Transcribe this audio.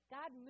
God